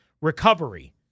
recovery